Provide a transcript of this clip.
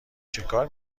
چکار